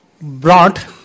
brought